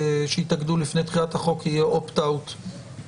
שהתאגדו לפני תחילת החוק יהיה opt out עומד,